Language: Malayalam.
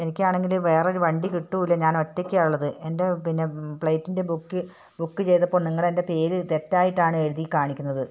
എനിക്കാണെങ്കിൽ വേറൊരു വണ്ടി കിട്ടും ഇല്ല ഞാൻ ഒറ്റയ്ക്കാണ് ഉള്ളത് എൻ്റെ പിന്നെ പ്ലേയ്റ്റിൻ്റെ ബുക്ക് ബുക്ക് ചെയ്തപ്പോൾ നിങ്ങൾ എൻ്റെ പേര് തെറ്റായിട്ടാണ് എഴുതി കാണിക്കുന്നത്